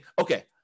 okay